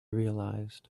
realized